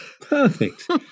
perfect